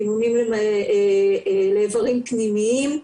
דימומים באיברים פנימיים.